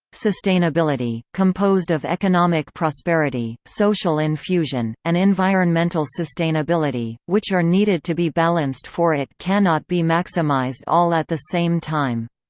sustainability composed of economic prosperity, social infusion, and environmental sustainability, which are needed to be balanced for it cannot be maximized all at the same time.